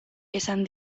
esan